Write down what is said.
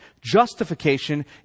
Justification